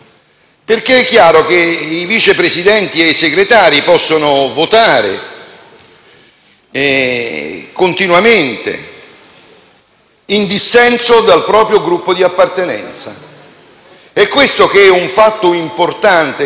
perché è chiaro che i Vice Presidenti e i Segretari possono votare continuamente in dissenso dal proprio Gruppo di appartenenza. Questo, che è un fatto importante e